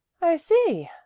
i see,